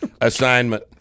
assignment